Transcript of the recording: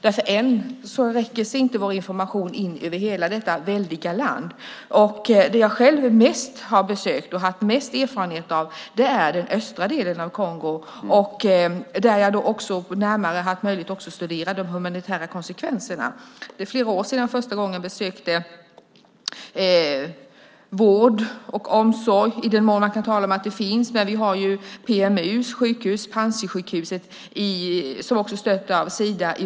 Vår information sträcker sig ännu inte in över hela detta väldiga land. Den del av Kongo jag själv har besökt mest och haft mest erfarenhet av är den östra. Där har jag haft möjlighet att närmare studera de humanitära konsekvenserna. Det är flera år sedan jag första gången besökte vård och omsorgsinrättningar, i den mån man kan tala om att de finns. Vi har PMU:s sjukhus, Panzisjukhuset i Bukavu, stött av Sida.